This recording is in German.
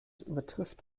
übertrifft